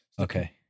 Okay